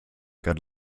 good